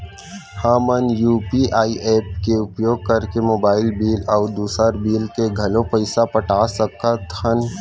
हमन UPI app के उपयोग करके मोबाइल बिल अऊ दुसर बिल के घलो पैसा पटा सकत हन